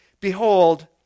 Behold